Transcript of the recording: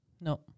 No